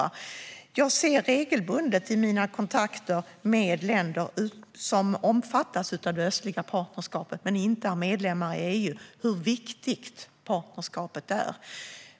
I mina kontakter med länder som inte är medlemmar i EU men som omfattas av det östliga partnerskapet ser jag regelbundet hur viktigt partnerskapet är.